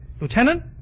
Lieutenant